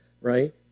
right